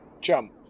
jump